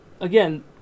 Again